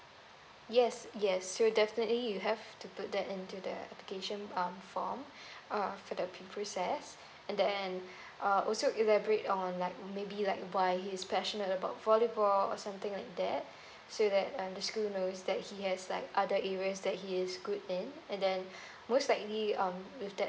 yes yes so definitely you have to put that into the application um form uh for the appeal process and then uh also elaborate on like maybe like why he's passionate about volleyball or something like that so that um the school knows that he has like other areas that he is good in and then most likely um with that